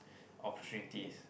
opportunities